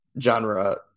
genre